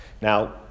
Now